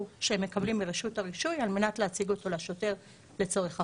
שמקבלים מרשות הרישוי כדי להציג לשוטר לצורך אכיפה.